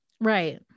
Right